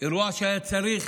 אירוע שהיה צריך